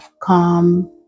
calm